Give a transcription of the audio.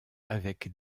avec